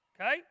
Okay